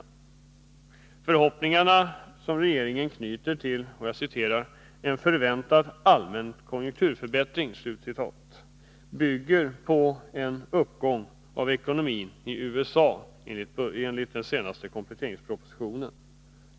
De förhoppningar som regeringen knyter till ”en förväntad allmän konjukturförbättring” bygger enligt den senaste kompletteringspropositionen på en uppgång i ekonomin i USA.